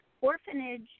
orphanage